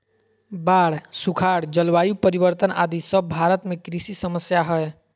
बाढ़, सुखाड़, जलवायु परिवर्तन आदि सब भारत में कृषि समस्या हय